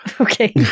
Okay